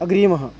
अग्रिमः